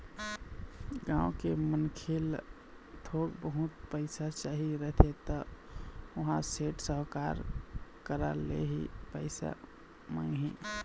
गाँव के मनखे ल थोक बहुत पइसा चाही रहिथे त ओहा सेठ, साहूकार करा ले ही पइसा मांगही